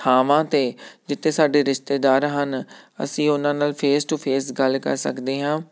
ਥਾਵਾਂ 'ਤੇ ਜਿੱਥੇ ਸਾਡੇ ਰਿਸ਼ਤੇਦਾਰ ਹਨ ਅਸੀਂ ਉਹਨਾਂ ਨਾਲ ਫੇਸ ਟੂ ਫੇਸ ਗੱਲ ਕਰ ਸਕਦੇ ਹਾਂ